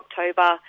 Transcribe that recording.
October